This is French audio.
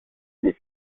les